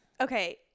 Okay